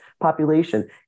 population